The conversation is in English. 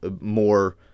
more